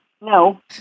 no